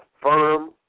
firm